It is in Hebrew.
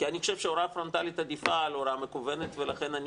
כי אני חושב שהוראה פרונטלית עדיפה על הוראה מקוונת ולכן אני